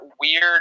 weird